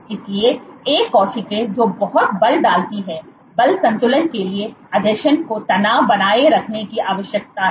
इसलिए एक कोशिका जो बहुत बल डालती है बल संतुलन के लिए आसंजन को तनाव बनाए रखने की आवश्यकता है